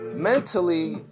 Mentally